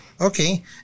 okay